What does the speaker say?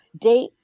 date